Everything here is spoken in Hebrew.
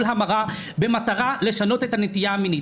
ההמרה במטרה לשנות את הנטייה המינית.